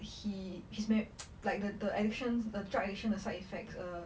he he's made like the addiction the drug addiction the side effects err